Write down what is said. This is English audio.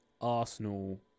Arsenal